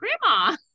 grandma